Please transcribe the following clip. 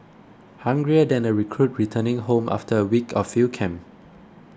hungrier than a recruit returning home after a week of field camp